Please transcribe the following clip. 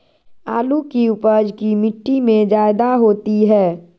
आलु की उपज की मिट्टी में जायदा होती है?